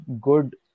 good